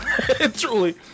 truly